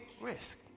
risk